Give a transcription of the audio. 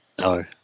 No